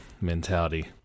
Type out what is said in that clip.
mentality